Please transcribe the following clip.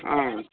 ও